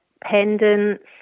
pendants